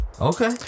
Okay